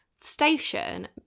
Station